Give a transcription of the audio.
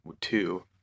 two